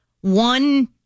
one